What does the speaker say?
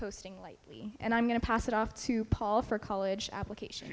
posting lightly and i'm going to pass it off to paul for college application